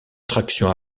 traction